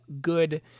good